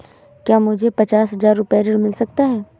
क्या मुझे पचास हजार रूपए ऋण मिल सकता है?